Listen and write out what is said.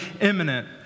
imminent